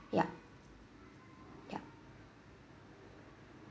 yup yup